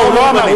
לא, הוא לא אמר.